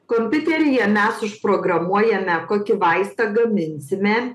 kompiuteryje mes užprogramuojame kokį vaistą gaminsime